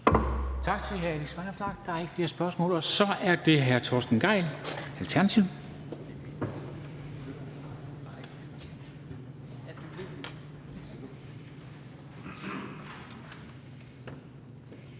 Tak til hr. Alex Vanopslagh. Der er ikke flere spørgsmål. Så er det hr. Torsten Gejl, Alternativet.